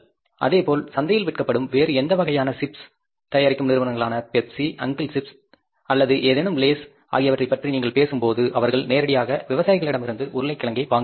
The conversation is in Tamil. இதேபோல் சந்தையில் விற்கப்படும் வேறு எந்த வகையான சிப்ஸ் தயாரிக்கும் நிறுவனங்களான பெப்சி அங்கிள் சிப்ஸ் அல்லது ஏதேனும் லேஸ் ஆகியவற்றைப் பற்றி நீங்கள் பேசும்போது அவர்கள் நேரடியாக விவசாயிகளிடமிருந்து உருளைக்கிழங்கை வாங்குகிறார்கள்